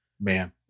Man